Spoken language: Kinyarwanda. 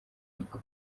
niko